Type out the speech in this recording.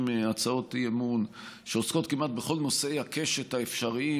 הצעות אי-אמון שעוסקות כמעט בכל נושאי הקשת האפשריים,